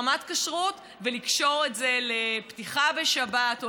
רמת כשרות וקושרים את זה לפתיחה בשבת או